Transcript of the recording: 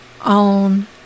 on